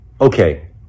Okay